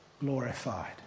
glorified